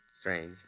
Strange